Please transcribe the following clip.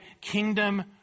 kingdom